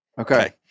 Okay